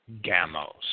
gamos